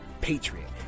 Patriot